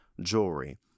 jewelry